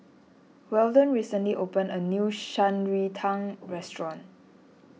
Weldon recently opened a new Shan Rui Tang Restaurant